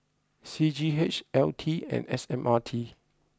C G H L T and S M R T